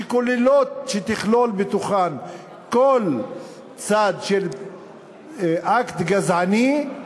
שתכלול בתוכה כל צד של אקט גזעני,